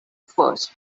first